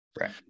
right